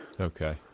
Okay